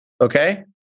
Okay